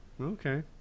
Okay